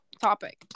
topic